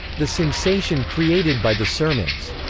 the sensation created by the sermons,